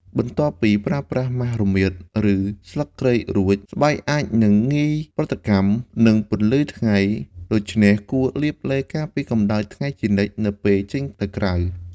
បន្ទាប់ពីប្រើប្រាស់ម៉ាសរមៀត ឬស្លឹកគ្រៃរួច ស្បែកអាចនឹងងាយប្រតិកម្មនឹងពន្លឺថ្ងៃ ដូច្នេះគួរលាបឡេការពារកម្ដៅថ្ងៃជានិច្ចនៅពេលចេញទៅក្រៅ។